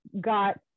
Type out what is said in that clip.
got